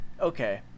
okay